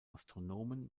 astronomen